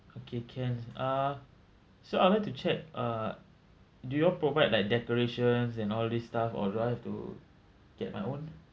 okay can uh so I'd like to check uh do you all provide like decorations and all this stuff or do I have to get my own